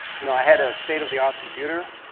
you know i had a state of the art computer.